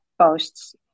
posts